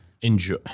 enjoy